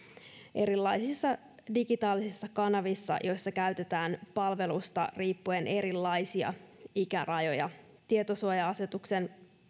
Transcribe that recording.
erilaisissa digitaalisissa kanavissa joissa käytetään palvelusta riippuen erilaisia ikärajoja tietosuoja asetuksen